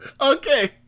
okay